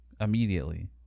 immediately